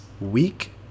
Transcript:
week